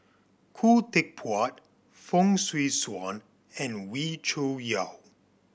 Khoo Teck Puat Fong Swee Suan and Wee Cho Yaw